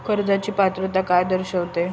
कर्जाची पात्रता काय दर्शविते?